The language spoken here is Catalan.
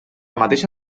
mateixa